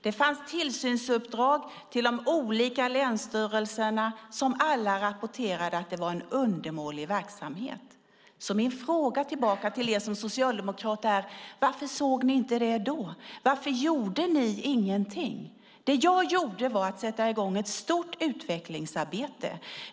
Det fanns tillsynsuppdrag till de olika länsstyrelserna som alla rapporterade att det var en undermålig verksamhet. Min fråga tillbaka till er socialdemokrater är: Varför såg ni inte det då? Varför gjorde ni ingenting? Jag satte i gång ett stort utvecklingsarbete.